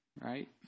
right